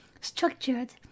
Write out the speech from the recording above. structured